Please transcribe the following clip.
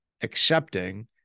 accepting